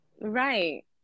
right